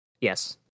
Yes